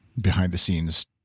behind-the-scenes